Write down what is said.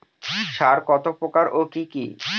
সার কত প্রকার ও কি কি?